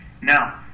Now